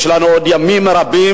יש לנו עוד ימים רבים,